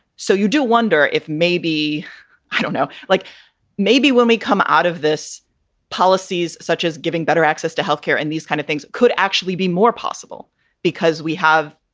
so you do wonder if maybe i don't know, like maybe when we come out of this policies such as giving better access to health care and these kind of things could actually be more possible because we have,